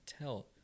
tell